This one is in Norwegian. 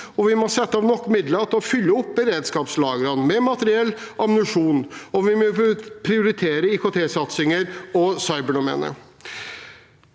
vi må sette av nok midler til å fylle opp beredskapslagrene med materiell og ammunisjon, og vi må prioritere IKTsatsinger og cyberdomenet.